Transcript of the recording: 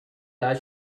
that